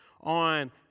on